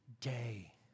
day